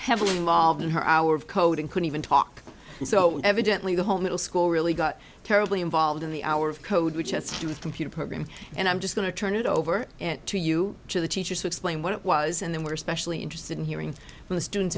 heavily involved in her hour of coding could even talk so evidently the whole middle school really got terribly involved in the hour of code which has to do with a computer program and i'm just going to turn it over to you to the teachers to explain what it was and then were especially interested in hearing from the students